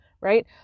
right